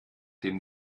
dem